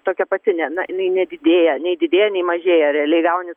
tokia pati ne na jinai nedidėja nei didėja nei mažėja realiai gauni